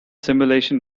simulation